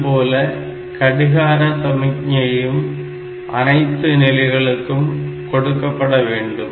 அதுபோல கடிகார சமிக்ஞையும் அனைத்து நிலைகளுக்கும் கொடுக்கப்பட வேண்டும்